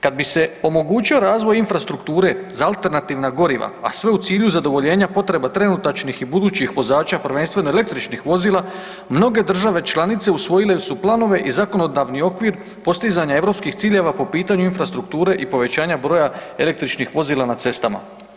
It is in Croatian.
Kad bi se omogućio razvoj infrastrukture za alternativna goriva, a sve u cilju zadovoljenja potreba trenutačnih i budućih vozača prvenstveno električnih vozila mnoge države članice usvojile su planove i zakonodavni okvir postizanja europskih ciljeva po pitanju infrastrukture i povećanja broja električnih vozila na cestama.